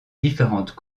différentes